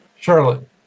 Charlotte